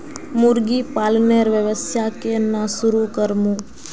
मुर्गी पालनेर व्यवसाय केन न शुरु करमु